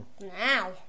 now